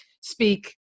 speak